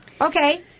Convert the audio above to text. Okay